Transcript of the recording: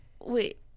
Wait